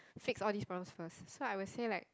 fix all these problems first so I would say like